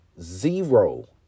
zero